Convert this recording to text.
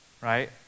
Right